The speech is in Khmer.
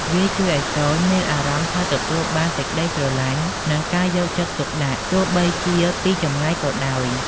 វាជួយឲ្យកូនមានអារម្មណ៍ថាទទួលបានសេចក្ដីស្រឡាញ់ និងការយកចិត្តទុកដាក់ ទោះបីជាពីចម្ងាយក៏ដោយ។